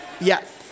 Yes